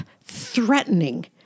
threatening